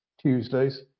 Tuesdays